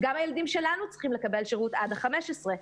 גם הילדים שלנו צריכים לקבל שירות עד ה-15.